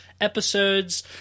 episodes